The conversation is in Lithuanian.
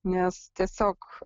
nes tiesiog